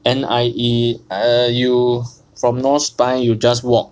N_I_E err you from north spine you just walk